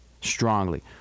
strongly